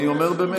אני אומר באמת.